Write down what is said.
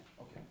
Okay